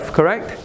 Correct